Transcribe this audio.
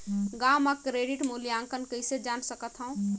गांव म क्रेडिट मूल्यांकन कइसे जान सकथव?